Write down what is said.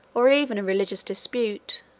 or even a religious dispute,